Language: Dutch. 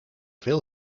veel